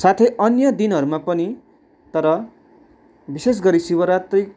साथै अन्य दिनहरूमा पनि तर विशेष गरी शिवरात्री